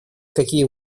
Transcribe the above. какие